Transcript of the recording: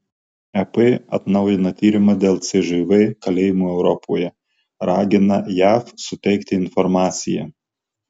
ep atnaujina tyrimą dėl cžv kalėjimų europoje ragina jav suteikti informaciją